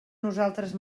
nosaltres